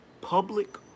public